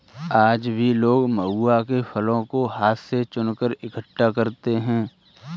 आज भी लोग महुआ के फलों को हाथ से चुनकर इकठ्ठा करते हैं